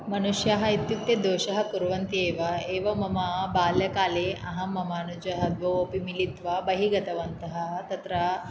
मनुष्याः इत्युक्ते दोषः कुर्वन्ति एव एवं मम बाल्यकाले अहं मम अनुजाौ द्वौ अपि मिलित्वा बहिः गतवन्तः तत्र